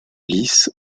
lys